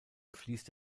fließt